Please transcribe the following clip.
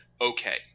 okay